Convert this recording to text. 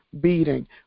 beating